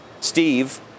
Steve